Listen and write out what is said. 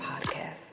Podcast